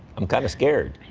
i'm kind of scared.